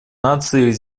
наций